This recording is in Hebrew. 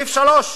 "(3)